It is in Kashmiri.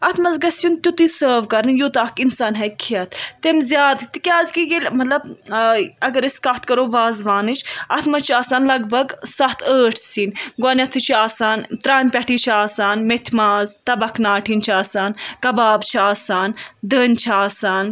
اَتھ منٛز گَژھہِ یُن تیُتے سرو کَرنہٕ یوتاہ اَکھ اِنسان ہیکہِ کھٮ۪تھ تمہِ ذیادٕ تہِ کیازِ کہِ ییٚلہِ مطلب آ اگر أسۍ کَتھ کَرو وازوانٕچ اَتھ منٛز چھِ آسان لگ بگ سَتھ ٲٹھ سیِنۍ گوڈنٮ۪تھے چھِ آسان ترامہِ پٮ۪ٹھے چھِ آسان مٮ۪تھہِ ماز تَبَک ناٹہِن چھِ آسان کباب چھِ آسان دٔنۍ چھِ آسان